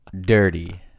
dirty